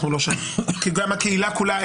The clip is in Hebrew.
אנחנו לא שם כי גם הקהילה כולה,